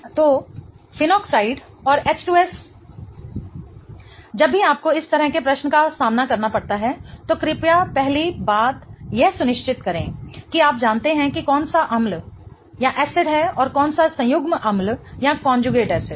तो फेनोक्साइड और H2S जब भी आपको इस तरह के प्रश्न का सामना करना पड़ता है तो कृपया पहली बात यह सुनिश्चित करें कि आप जानते हैं कि कौन सा अम्ल है और कौन सा संयुग्म अम्ल है